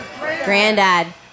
Granddad